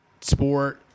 sport